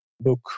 book